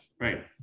right